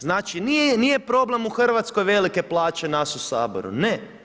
Znači nije problem u Hrvatskoj velike plaće nas u Saboru, ne.